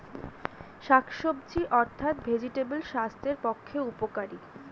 শাকসবজি অর্থাৎ ভেজিটেবল স্বাস্থ্যের পক্ষে উপকারী